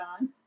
on